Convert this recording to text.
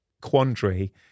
quandary